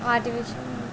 వాటి విషయం